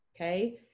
okay